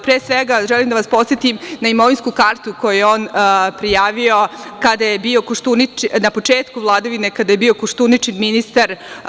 Pre svega, želim da vas podsetim na imovinsku kartu koju je on prijavio na početku vladavine, kada je bio Koštuničin ministar.